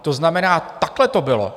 To znamená, takhle to bylo.